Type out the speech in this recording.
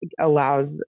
allows